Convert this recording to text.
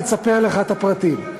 היא תספר לך את הפרטים.